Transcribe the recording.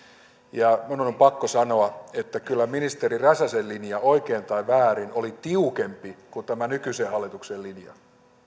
minun on on pakko sanoa että kyllä ministeri räsäsen linja oikein tai väärin oli tiukempi kuin tämä nykyisen hallituksen linja